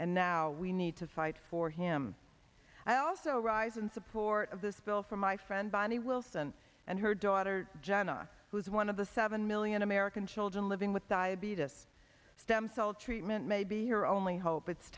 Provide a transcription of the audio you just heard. and now we need to fight for him i also rise in support of this bill for my friend bonnie wilson and her daughter jenna who is one of the seven million american children living with diabetes stem cell treatment may be your only hope it's